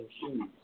shoes